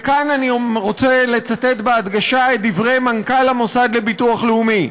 וכאן אני רוצה לצטט בהדגשה את דברי מנכ"ל המוסד לביטוח לאומי: